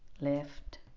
left